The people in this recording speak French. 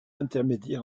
intermédiaire